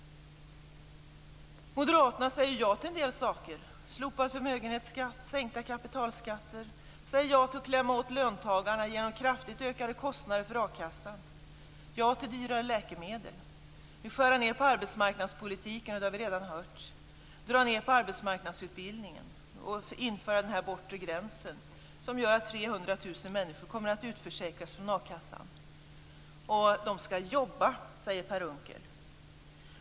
Moderaterna säger ja till en del saker. De säger ja till slopad förmögenhetsskatt och sänkta kapitalskatter. De säger ja till att klämma åt löntagarna genom kraftigt ökade kostnader för a-kassan. De säger ja till dyrare läkemedel. De vill, det har vi redan hört, skära ned på arbetsmarknadspolitiken. De vill dra ned på arbetsmarknadsutbildningen och införa en bortre gräns som gör att 300 000 människor kommer att utförsäkras från a-kassan. De skall jobba, säger Per Unckel.